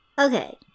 okay